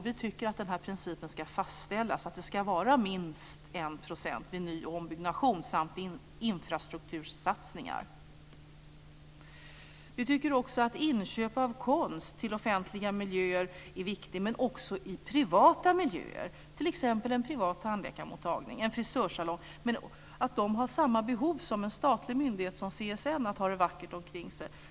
Vi tycker att den principen ska fastställas, att det ska vara minst 1 % vid ny och ombyggnation samt vid infrastruktursatsningar. Vi tycker att inköp av konst till offentliga miljöer är viktigt. Men man har också i privata miljöer, t.ex. på en privat tandläkarmottagning eller på en frisörsalong, samma behov som en statlig myndighet, som CSN, av att ha det vackert omkring sig.